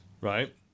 right